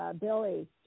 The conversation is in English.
Billy